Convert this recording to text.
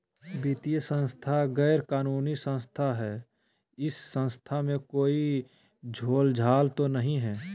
वित्तीय संस्था गैर कानूनी संस्था है इस संस्था में कोई झोलझाल तो नहीं है?